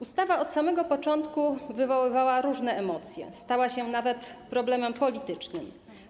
Ustawa od samego początku wywoływała różne emocje, stała się nawet problemem politycznym.